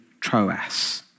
Troas